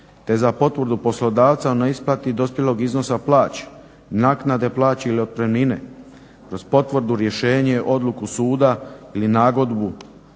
te za potvrdu poslodavaca o neisplati dospjelog iznosa plaće, naknade plaće ili otpremnine kroz potvrdu, rješenje, odluku suda ili nagodbu